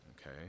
okay